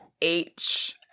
H-